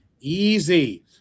easy